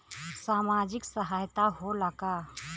सामाजिक सहायता होला का?